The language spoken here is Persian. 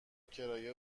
کرایه